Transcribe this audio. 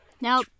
now